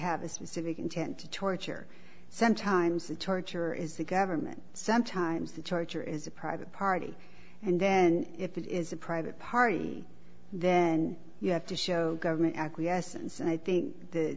have a specific intent to torture centimes and torture is a government sometimes the charger is a private party and then if it is a private party then you have to show government acquiescence and i think the